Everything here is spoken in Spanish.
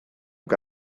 que